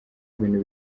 ibintu